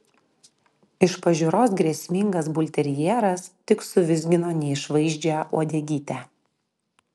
iš pažiūros grėsmingas bulterjeras tik suvizgino neišvaizdžią uodegytę